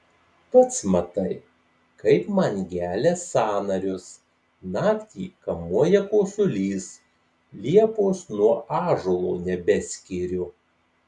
pats matai kaip man gelia sąnarius naktį kamuoja kosulys liepos nuo ąžuolo nebeskiriu